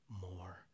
more